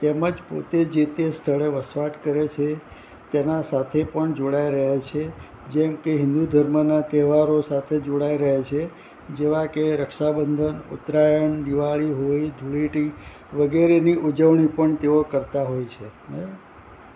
તેમજ પોતે જેતે સ્થળે વસવાટ કરે છે તેના સાથે પણ જોડાઈ રહે છે જેમકે હિન્દુ ધર્મના તહેવારો સાથે જોડાઈ રહે છે જેવા કે રક્ષાબંધન ઉત્તરાયણ દિવાળી હોળી ધૂળેટી વગેરેની ઉજવણી પણ તેઓ કરતાં હોય છે બરાબર